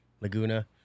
Laguna